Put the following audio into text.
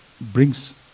brings